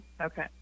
Okay